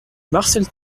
marcel